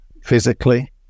physically